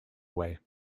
away